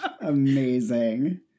Amazing